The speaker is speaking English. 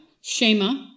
Shema